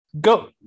go